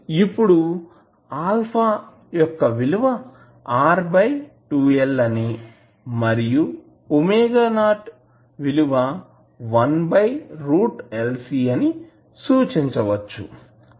ఇప్పుడు α యొక్క విలువ R 2L అని మరియు ⍵0 1√LC అని సూచించవచ్చు